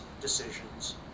decisions